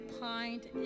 pint